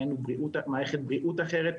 אין לנו מערכת בריאות אחרת,